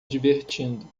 divertindo